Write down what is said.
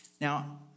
Now